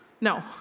No